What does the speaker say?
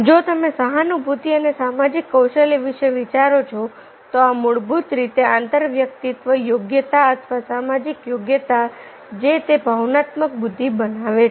જો તમે સહાનુભૂતિ અને સામાજિક કૌશલ્યો વિશે વિચારો છો તો આ મૂળભૂત રીતે આંતરવ્યક્તિત્વ યોગ્યતા અથવા સામાજિક યોગ્યતા છે જે તે ભાવનાત્મક બુદ્ધિ બનાવે છે